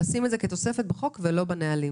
לשים את זה כתוספת לחוק ולא בנהלים?